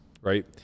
right